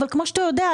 אבל כמו שאתה יודע,